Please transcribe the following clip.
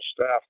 Staff